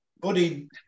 Buddy